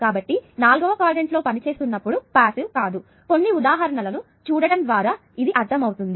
కాబట్టి ఇది నాల్గవ క్వాడ్రంట్ లో పనిచేస్తున్నప్పుడు పాసివ్ కాదు కొన్ని ఉదాహరణలను చూడటం ద్వారా ఇది అర్థమవుతుంది